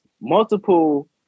multiple